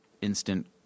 instant